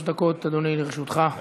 שלוש דקות, אדוני, לרשותך.